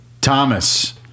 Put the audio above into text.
Thomas